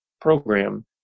program